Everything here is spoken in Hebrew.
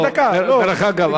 חבר הכנסת, דקה, דקה.